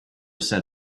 said